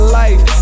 life